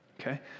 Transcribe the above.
okay